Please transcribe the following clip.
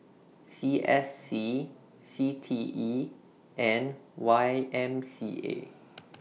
C S C C T E and Y M C A